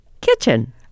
kitchen